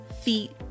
feet